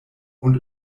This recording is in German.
und